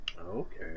okay